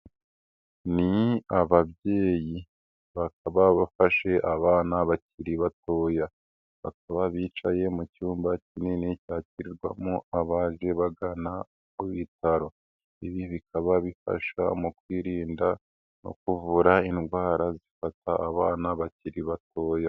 Ni ababyeyi bakaba bafashe abana bakiri batoya, bakaba bicaye mu cyumba kinini cyakirwamo abaje bagana ku bitaro. Ibi bikaba bifasha mu kwirinda no kuvura indwara zifata abana bakiri batoya.